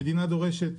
המדינה דורשת